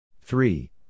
Three